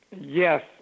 Yes